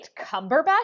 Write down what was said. Cumberbatch